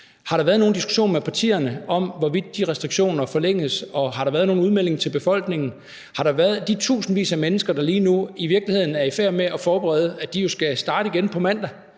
Har der været nogen diskussion med partierne om, hvorvidt de restriktioner forlænges, og har der været nogen udmelding til befolkningen? Har der været det til de tusindvis af mennesker, der lige nu i virkeligheden er i færd med at forberede, at de jo skal starte igen på mandag